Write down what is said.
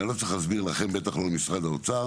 אני לא צריך להסביר לכם, בטח לא משרד האוצר.